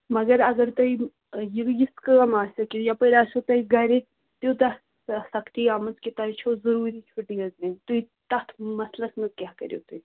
مگر اگر تۄہہِ یہِ یِژھ کٲم آسہِ کہِ یَپٲرۍ آسیو تۄہہِ گَرِ تیوٗتاہ سختی آمٕژ کہِ تۄہہِ چھُو ضٔروٗری چھُٹی حظ نِنۍ تُہۍ تَتھ مسلَس منٛز کیٛاہ کٔرِو تُہۍ